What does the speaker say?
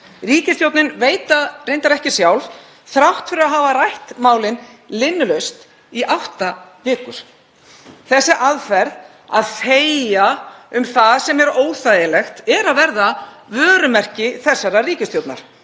Ríkisstjórnin veit það reyndar ekki sjálf, þrátt fyrir að hafa rætt málin linnulaust í átta vikur. Þessi aðferð, að þegja um það sem er óþægilegt, er að verða vörumerki þessarar ríkisstjórnar.